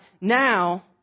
now